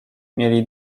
mieli